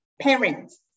parents